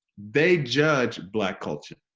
they judge black culture,